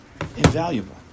invaluable